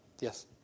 Yes